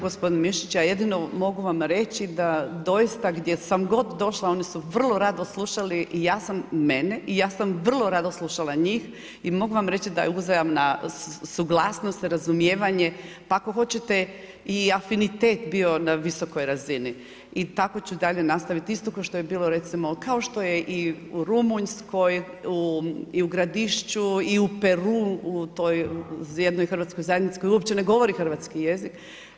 Gospodine Mišić, jedino mogu vam reći da doista gdje sam god došla, oni su vrlo rado slušali i ja sam mene i ja sam vrlo rado slušala njih i mogu vam reći da je uzajamna suglasnost, razumijevanje, pa ako hoćete afinitet bio na visokoj razini i tako ću dalje nastaviti isto kao što je bilo recimo, kao što je i u Rumunjskoj i u Gradišću i u Peruu u toj jednoj hrvatskoj zajednici koja uopće ne govori hrvatski jezik.